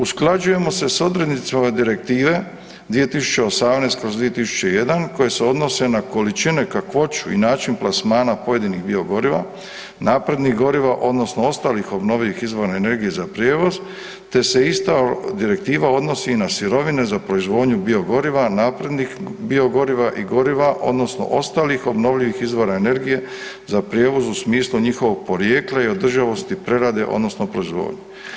Usklađujemo se s odrednicama Direktive 2018/2001 koje se odnose na količine, kakvoću i način plasmana pojedinih biogoriva, naprednih goriva odnosno ostalih obnovljivih izvora energije za prijevoz te se ista Direktiva odnosi na sirovine za proizvodnju biogoriva, naprednih biogoriva i goriva, odnosno ostalih obnovljivih izvora energije za prijevoz u smislu njihovog porijekla i održivosti prerade odnosno proizvodnje.